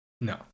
No